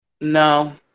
No